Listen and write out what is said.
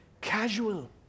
casual